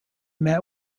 met